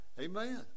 Amen